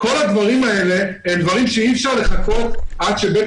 כל הדברים האלה אי אפשר לחכות עד שבית